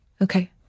Okay